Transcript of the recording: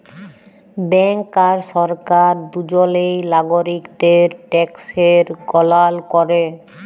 bank আর সরকার দুজলই লাগরিকদের ট্যাকসের গললা ক্যরে